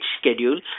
schedule